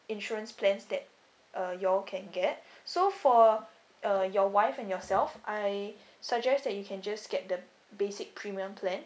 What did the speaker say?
insurance plans that uh y'all can get so for uh your wife and yourself I suggest that you can just get the basic premium plan